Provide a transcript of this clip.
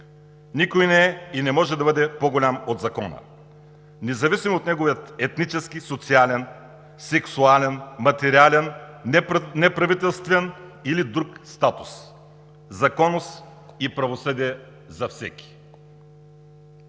Никой не е и не може да бъде по-голям от закона, независимо от неговия етнически, социален, сексуален, материален, неправителствен или друг статус! Законност и правосъдие – за всеки!